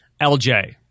LJ